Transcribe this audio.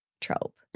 trope